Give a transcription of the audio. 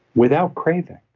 without craving.